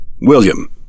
William